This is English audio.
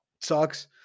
Sucks